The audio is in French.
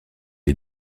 est